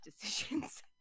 decisions